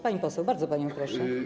Pani poseł, bardzo panią proszę.